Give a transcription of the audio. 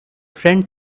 friend